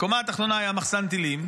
בקומה התחתונה היה מחסן טילים,